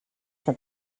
sont